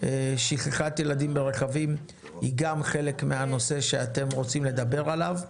שכחת ילדים ברכבים היא גם חלק מהנושא שאתם רוצים לדבר עליו.